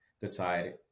decide